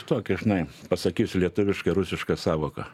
tokią žnai pasakysiu lietuviškai rusišką sąvoką